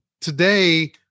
today